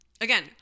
Again